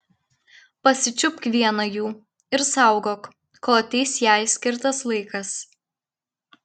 pasičiupk vieną jų ir saugok kol ateis jai skirtas laikas